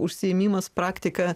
užsiėmimas praktika